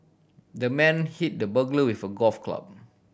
the man hit the burglar with a golf club